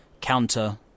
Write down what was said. counter